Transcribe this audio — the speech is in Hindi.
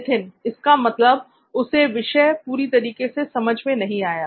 नित्थिन इसका मतलब उसे विषय पूरी तरीके से समझ में नहीं आया